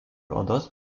odos